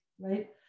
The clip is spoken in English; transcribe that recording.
right